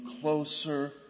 closer